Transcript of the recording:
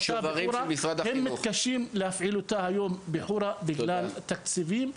אני יכול לומר שהם מתקשים להפעיל אותה בחורה בגלל תקציבים.